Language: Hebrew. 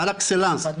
פר אקסלנס,